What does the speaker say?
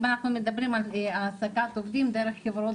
אם אנחנו מדברים על העסקת עובדים דרך חברות